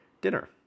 dinner